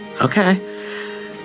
Okay